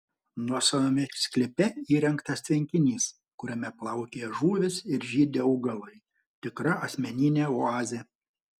nuosavame sklype įrengtas tvenkinys kuriame plaukioja žuvys ir žydi augalai tikra asmeninė oazė